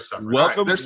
welcome